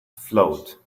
float